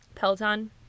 Peloton